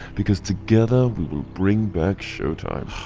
because together, we will bring back showtime.